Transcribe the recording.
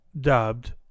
dubbed